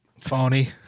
Phony